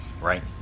right